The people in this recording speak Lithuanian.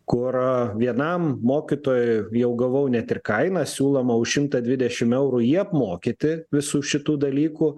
kur vienam mokytojui jau gavau net ir kainą siūloma už šimtą dvidešim eurų jį apmokyti visų šitų dalykų